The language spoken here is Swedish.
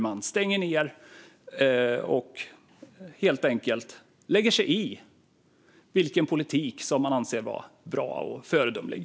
Man stänger ned och lägger sig i vilken politik som ska anses som bra och föredömlig.